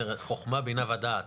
חכמה, בינה ודעת.